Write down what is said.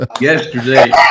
yesterday